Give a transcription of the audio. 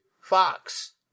Fox